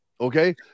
Okay